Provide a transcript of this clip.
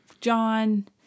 John